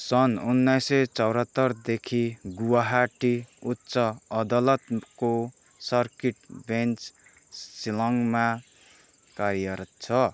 सन् उन्नाइसे चौहात्तरदेखि गुवाहाटी उच्च अदालतको सर्किट बेन्च सिलाङमा कार्यरत छ